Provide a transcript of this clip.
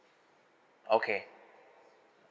okay